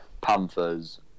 Panthers